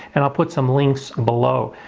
and i'll put some links below.